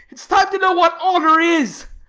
it is time to know what honour is.